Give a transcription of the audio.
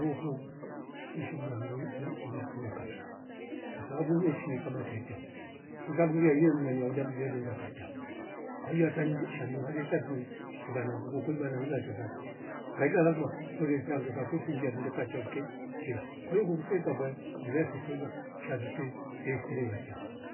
Wouku ishi ngayoi vwei- vweiefunga kabsa kwasababu umeshie kama tetia ho ikaguvia ye mwenya ulia mndwe ninga kachao, kwahia ata ning shandu wanuresha nduwe funga na nguko kolia nangaiza tezakwa ngaita lazima fulesa ngeka kusinjia ndekachauke keya kwahio kukuse tambua yo mlia shitunza shanduze esria ngachao